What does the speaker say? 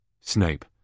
Snape